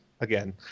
again